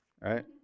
right